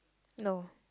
no